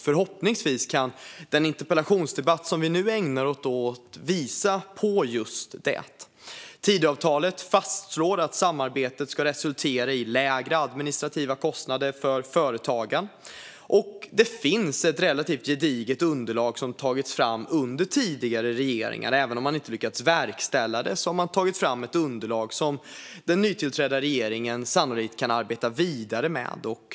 Förhoppningsvis kan den interpellationsdebatt som vi nu ägnar oss åt visa på just det. Tidöavtalet fastslår att samarbetet ska resultera i lägre administrativa kostnader för företagen. Det finns ett relativt gediget underlag som har tagits fram under tidigare regeringar - även om de inte har lyckats verkställa detta har de tagit fram ett underlag som den nytillträdda regeringen sannolikt kan arbeta vidare med.